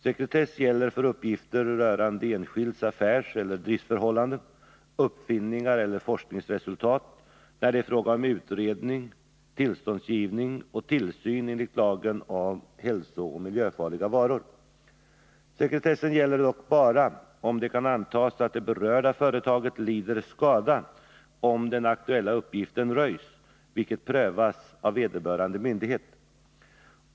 Sekretess gäller för uppgifter rörande enskilds affärseller driftsförhållanden, uppfinningar eller forskningsresultat när det är fråga om utredning, tillståndsgivning och tillsyn enligt lagen om hälsooch miljöfarliga varor. Sekretessen gäller dock bara om det kan antas att det berörda företaget lider skada om den aktuella 13 Riksdagens protokoll 1981182:25-28 uppgiften röjs, vilket prövas av vederbörande myndighet.